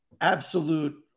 absolute